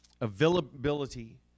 Availability